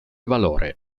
valore